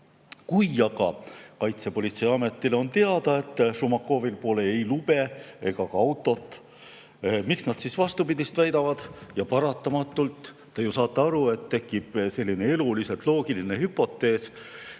Kui aga Kaitsepolitseiametile on teada, et Šumakovil pole ei lube ega ka autot, miks nad siis vastupidist väidavad? Paratamatult, te ju saate aru, tekib selline eluliselt loogiline hüpotees,